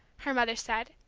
her mother said,